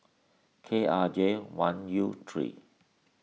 K R J one U three